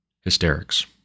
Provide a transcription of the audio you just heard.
hysterics